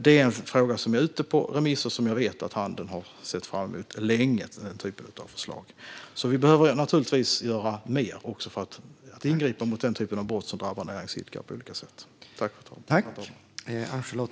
Det är en fråga som är ute på remiss, och jag vet att handeln länge har sett fram emot den typen av förslag. Vi behöver naturligtvis göra mer för att ingripa mot brott som drabbar näringsidkare på olika sätt.